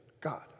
God